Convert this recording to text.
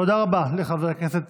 תודה רבה, חבר הכנסת